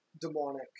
demonic